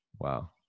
Wow